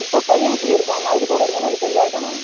இப்போது பையன் எப்படி இருக்கான் மயக்கத்தோட இருக்கானா இல்லை தெளிவாயிட்டானா